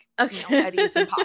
okay